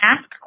Ask